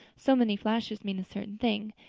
so many flashes mean a certain thing.